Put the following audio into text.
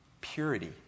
Purity